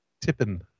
tipping